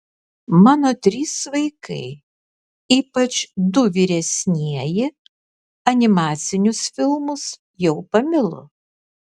mano trys vaikai ypač du vyresnieji animacinius filmus jau pamilo